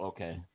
Okay